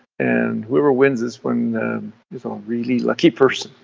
and whoever wins this one is a really lucky person.